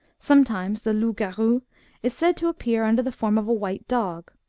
sometimes the loup-garou is said to appear under the form of a white dog,